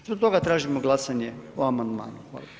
Zbog toga tražimo glasovanje o amandmanu.